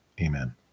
Amen